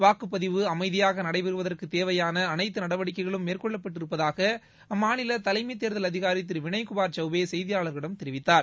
வாக்குப்பதிவு அமைதியாக நடைபெறுவதற்கு தேவையான அனைத்து நடவடிக்கைகளும் மேற்கொள்ளப்பட்டிருப்பதாக அம்மாநில தலைமை தேர்தல் அதிகாரி திரு வினய்குமார் சௌவ்பே செய்தியாளர்களிடம் தெரிவித்தார்